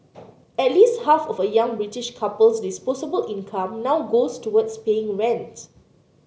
at least half of a young British couple's disposable income now goes towards paying rent